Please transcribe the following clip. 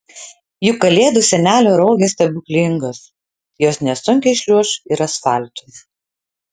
juk kalėdų senelio rogės stebuklingos jos nesunkiai šliuoš ir asfaltu